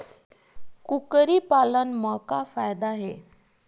कुकरी पालन म का फ़ायदा हे?